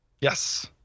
yes